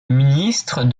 ministre